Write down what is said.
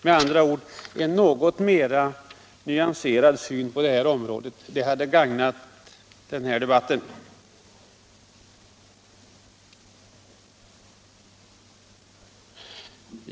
En något mera nyanserad syn på det här området hade gagnat debatten.